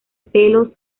pelos